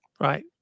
right